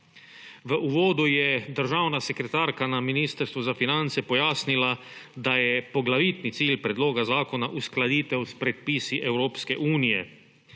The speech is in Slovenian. V uvodu je državna sekretarka na Ministrstvu za finance pojasnila, daje poglavitni cilj predloga zakona uskladitev s predpisi Evropske unije,